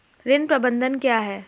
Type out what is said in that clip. ऋण प्रबंधन क्या है?